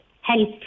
help